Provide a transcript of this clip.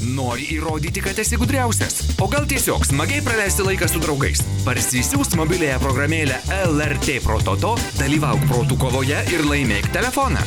nori įrodyti kad esi gudriausias o gal tiesiog smagiai praleisti laiką su draugais parsisiųsk mobiliąją programėlę lrt prototo dalyvauk protų kovoje ir laimėk telefoną